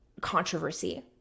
controversy